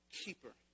keeper